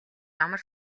амар